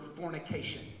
fornication